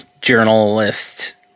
journalist